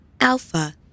Alpha